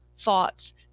thoughts